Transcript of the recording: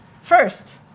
First